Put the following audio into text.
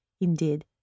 indeed